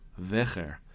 Vecher